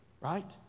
right